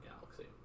galaxy